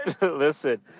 listen